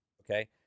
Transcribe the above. Okay